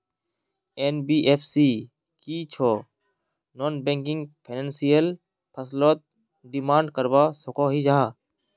NBFC की छौ non banking financial फसलोत डिमांड करवा सकोहो जाहा?